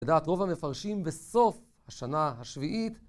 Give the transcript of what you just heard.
לדעת רוב המפרשים, בסוף השנה השביעית